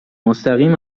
مستقیم